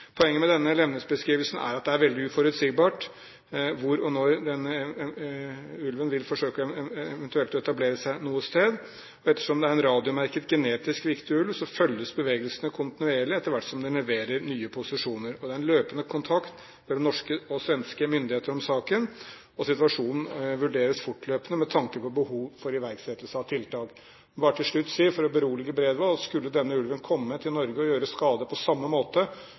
Poenget med denne levnetsbeskrivelsen er at det er veldig uforutsigbart hvor og når denne ulven vil forsøke eventuelt å etablere seg. Og ettersom det er en radiomerket genetiske viktig ulv, så følges bevegelsene kontinuerlig etter hvert som den leverer nye posisjoner. Det er en løpende kontakt mellom norske og svenske myndigheter om saken, og situasjonen vurderes fortløpende med tanke på behov for iverksettelse av tiltak. Jeg vil bare til slutt si, for å berolige Bredvold, at skulle denne ulven komme til Norge og gjøre skade på samme måte